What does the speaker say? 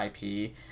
IP